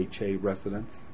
residents